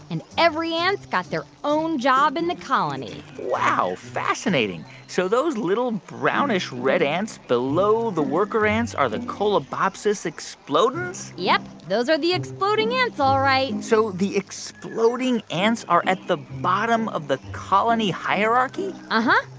and every ant's got their own job in the colony wow, fascinating. so those little, brownish-red ants below the worker ants are the colobopsis explodens? yep. those are the exploding ants all right so the exploding ants are at the bottom of the colony hierarchy? uh-huh.